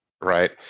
right